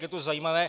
Je to zajímavé.